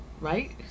right